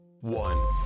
one